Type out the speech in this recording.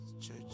church